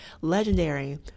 Legendary